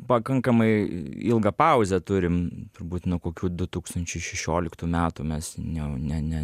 pakankamai ilgą pauzę turim turbūt nuo kokių du tūkstančiai šešioliktų metų mes ne ne ne